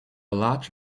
large